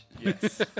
Yes